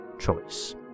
choice